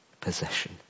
possession